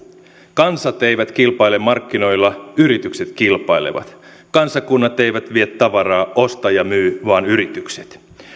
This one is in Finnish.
kansat eivät kilpaile markkinoilla yritykset kilpailevat kansakunnat eivät vie tavaraa osta ja myy vaan yritykset